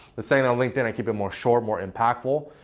the same on linkedin, i keep it more sure, more impactful.